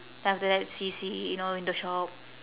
then after that see see you know in the shop